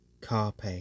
Carpe